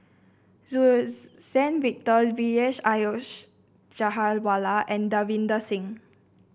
Suzann Victor Vijesh Ashok Ghariwala and Davinder Singh